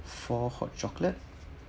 four hot chocolate